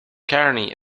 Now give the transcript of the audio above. kearny